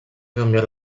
canviar